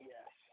Yes